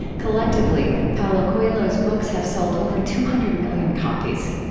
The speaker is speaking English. collectively, paulo coelho's books have sold over two hundred million copies.